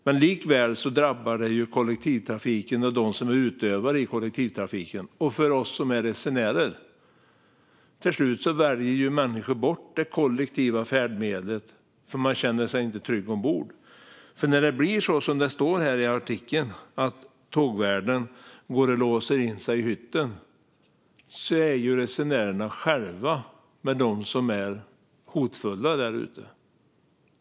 Men det drabbar likväl kollektivtrafiken och dess utövare. När det gäller resenärerna väljer människor till slut bort det kollektiva färdmedlet för att de inte känner sig trygga ombord. När det blir så som det står i artikeln, att tågvärden går och låser in sig i hytten, är ju resenärerna själva med dem som är hotfulla där ute.